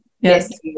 Yes